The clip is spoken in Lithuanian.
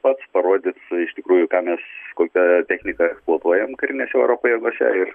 pats parodys iš tikrųjų ką mes kokią techniką pilotuojam karinėse oro pajėgose ir